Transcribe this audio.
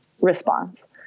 response